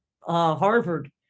Harvard